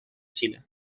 xile